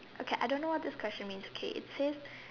okay I don't know what this question means okay it says